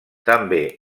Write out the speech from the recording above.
també